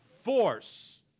force